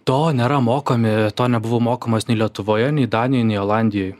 to nėra mokomi to nebuvau mokomas nei lietuvoje nei danijoj nei olandijoj